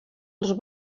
els